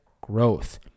growth